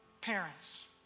parents